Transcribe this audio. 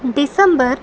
December